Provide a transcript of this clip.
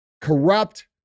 corrupt